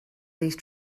these